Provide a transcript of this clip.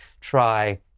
try